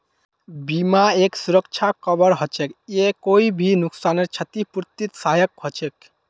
बीमा एक सुरक्षा कवर हछेक ई कोई भी नुकसानेर छतिपूर्तित सहायक हछेक